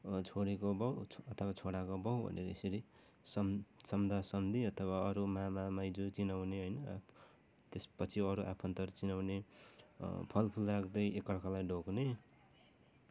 छोरीको बाउ उता छोराको बाउ अन्त यसरी सम सम्धा सम्धी अथवा अरू मामा माइजु चिनाउने होइन त्यसपछि अरू आफन्तहरू चिनाउने फलफुल राख्दै एकाअर्कालाई ढोग्ने